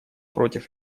против